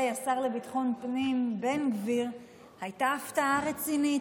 השר לביטחון פנים בן גביר היה הפתעה רצינית.